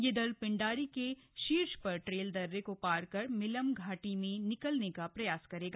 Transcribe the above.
यह दल पिंडारी के शीर्ष पर ट्रेल दर्रे को पार कर मिलम घाटी में निकलने का प्रयास करेगा